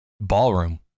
Ballroom